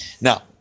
Now